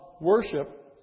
worship